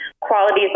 Qualities